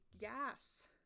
gas